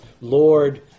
Lord